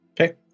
Okay